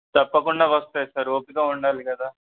తప్పకుండా వస్తాయి సార్ ఓపీక ఉండాలి కదా